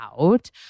out